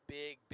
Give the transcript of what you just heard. big